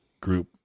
group